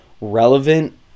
relevant